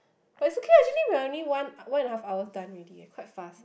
but it's okay lah actually we only one one and a half hours done already eh quite fast